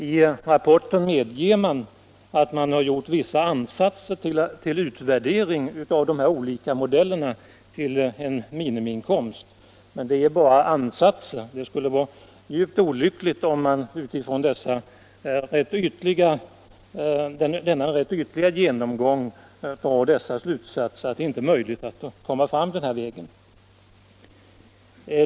I den medger man att man har gjort vissa ansatser till utvärdering av de olika modellerna till en minimiinkomst. Men det är bara ansatser. Det skulle vara djupt olyckligt om man utifrån denna rätt ytliga genomgång drar slutsatsen att det inte är möjligt att komma fram denna väg.